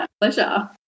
pleasure